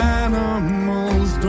animals